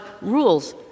rules